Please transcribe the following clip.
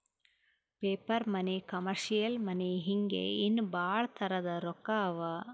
paper money, commercial money ಹಿಂಗೆ ಇನ್ನಾ ಭಾಳ್ ತರದ್ ರೊಕ್ಕಾ ಅವಾ